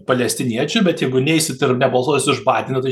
palestiniečių bet jeigu neisit ir nebalsuosit už baideną tai